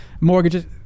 mortgages